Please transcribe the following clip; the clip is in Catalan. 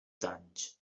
danys